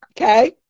Okay